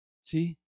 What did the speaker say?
See